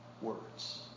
words